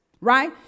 Right